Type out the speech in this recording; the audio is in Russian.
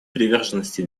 приверженности